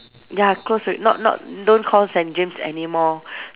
ya closed al~ not not don't call Saint James anymore